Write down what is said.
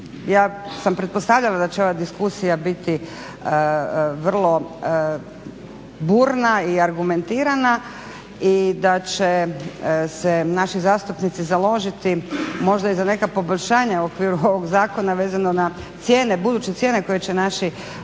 ja sam pretpostavljala da će ova diskusija biti vrlo burna i argumentirana i da će se naši zastupnici založiti možda i za neka poboljšanja u okviru ovog zakona vezano na buduće cijene koje će naši